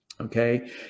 Okay